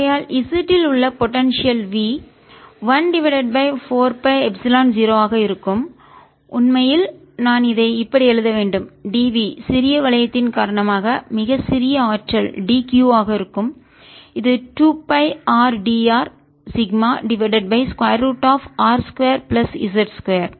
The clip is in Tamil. ஆகையால் z இல் உள்ள potential V 1 divided by 4 by epsilon 0 ஆக இருக்கும் உண்மையில் நான் இதை இப்படி எழுத வேண்டும் dv சிறிய வளையத்தின் காரணமாக மிகச் சிறிய ஆற்றல் dq ஆக இருக்கும் இது 2 pi r dr sigma divided by square root of r 2 plus z 2